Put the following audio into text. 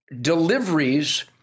deliveries